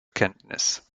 kenntnis